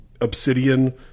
obsidian